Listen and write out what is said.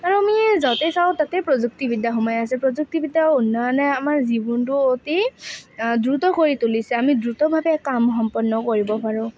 আৰু আমি য'তে চাওঁ তাতে প্ৰযুক্তিবিদ্যা সোমাই আছে প্ৰযুক্তিবিদ্যাৰ উন্নয়নে আমাৰ জীৱনটো অতি দ্ৰুত কৰি তুলিছে আমি দ্ৰুতভাৱে কাম সম্পন্ন কৰিব পাৰোঁ